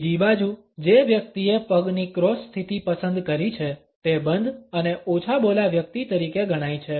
બીજી બાજુ જે વ્યક્તિએ પગની ક્રોસ સ્થિતિ પસંદ કરી છે તે બંધ અને ઓછાબોલા વ્યક્તિ તરીકે ગણાય છે